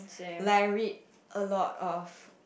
like I read a lot of